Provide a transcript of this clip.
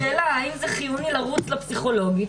השאלה האם זה חיוני לרוץ לפסיכולוגית,